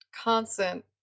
constant